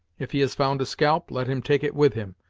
if he has found a scalp, let him take it with him,